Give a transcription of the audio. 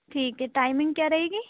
ٹھیک ہے ٹائمنگ کیا رہے گی